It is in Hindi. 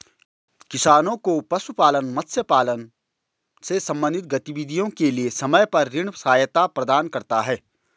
किसानों को पशुपालन, मत्स्य पालन से संबंधित गतिविधियों के लिए समय पर ऋण सहायता प्रदान करता है